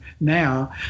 now